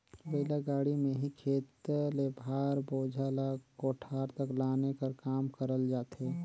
बइला गाड़ी मे ही खेत ले भार, बोझा ल कोठार तक लाने कर काम करल जाथे